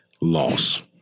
loss